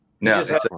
No